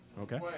Okay